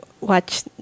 watch